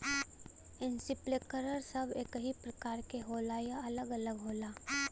Sprinkler सब एकही प्रकार के होला या अलग अलग होला?